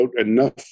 enough